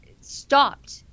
stopped